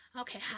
Okay